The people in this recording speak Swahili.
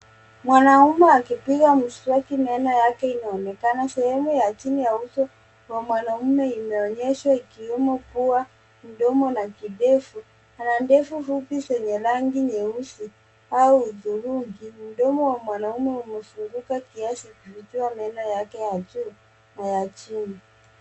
Mwanaume akipiga mswaki, meno yake inaonekana . Sehemu ya chini ya uso wa mwanaume imeonyeshwa ikiwemo pua, mdomo na kidevu. Ana ndevu fupi zenye rangi nyeusi au hudhurungi. Mdomo wa mwanaume umefunguka kiasi ikifichua meno yake ya juu na ya chini.